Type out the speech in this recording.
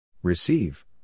Receive